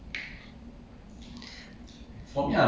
可以 ah 没有问题